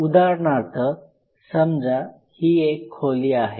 उदाहरणार्थ समजा ही एक खोली आहे